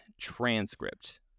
transcript